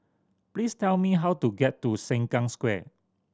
please tell me how to get to Sengkang Square